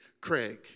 Craig